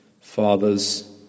Fathers